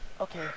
Okay